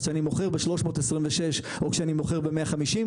אז כשאני מוכר ב-326 או כשאני מוכר ב-150,